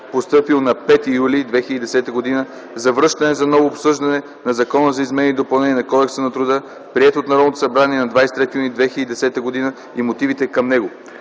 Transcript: постъпил на 5 юли 2010 г., за връщане за ново обсъждане на Закона за изменение и допълнение на Кодекса на труда, приет от Народното събрание на 23 юни 2010 г., и мотивите към него.